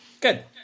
good